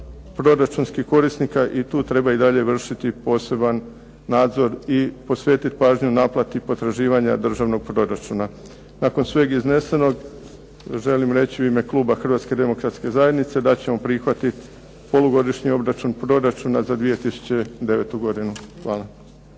proračunskih korisnika i tu treba i dalje vršiti poseban nadzor i posvetit pažnju naplati potraživanja državnog proračuna. Nakon sveg iznesenog želim reći u ime kluba Hrvatske demokratske zajednice da ćemo prihvatiti Polugodišnji obračun proračuna za 2009. godinu. Hvala.